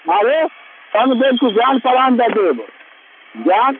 अरे सब देखो जान प्रान द देब जान